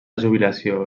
jubilació